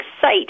site